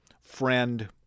friend